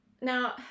now